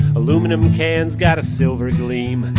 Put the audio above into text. aluminum cans got a silver gleam.